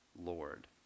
Lord